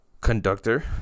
conductor